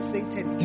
Satan